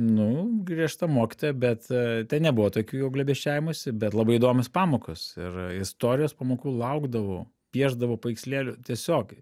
nu griežta mokytoja bet ten nebuvo tokių jau glėbesčiavimosi bet labai įdomios pamokos ir istorijos pamokų laukdavau piešdavau paveikslėlių tiesiog